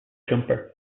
jumper